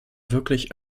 wirklich